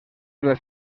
dels